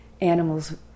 animals